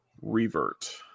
revert